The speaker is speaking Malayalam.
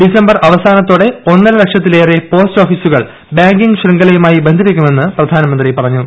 ഡിസംബർ അവസാനത്തോടെ ഒന്നര ലക്ഷത്തിലേറെ പോസ്റ്റ് ഓഫീസുകൾ ബാങ്കിംഗ് ശൃംഖലയുമായി ബന്ധിപ്പിക്കുമെന്ന് പ്രധാനമന്ത്രി പറഞ്ഞു